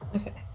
Okay